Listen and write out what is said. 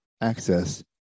access